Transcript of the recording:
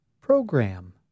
program